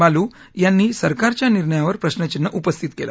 बालू यांनी सरकारच्या निर्णयावर प्रश्नचिन्ह उपस्थित केलं